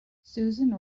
susan